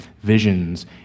visions